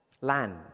land